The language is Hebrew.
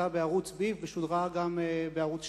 שהיתה בערוץ "ביפ" ושודרה גם בערוץ-2.